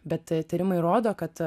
bet tyrimai rodo kad